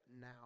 now